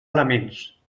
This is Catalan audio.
elements